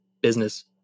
business